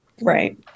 Right